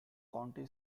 county